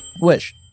wish